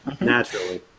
naturally